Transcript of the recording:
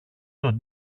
τον